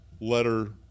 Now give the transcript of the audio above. letter